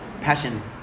passion